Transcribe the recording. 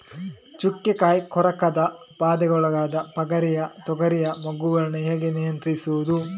ಚುಕ್ಕೆ ಕಾಯಿ ಕೊರಕದ ಬಾಧೆಗೊಳಗಾದ ಪಗರಿಯ ತೊಗರಿಯ ಮೊಗ್ಗುಗಳನ್ನು ಹೇಗೆ ನಿಯಂತ್ರಿಸುವುದು?